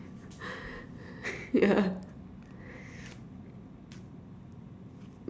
ya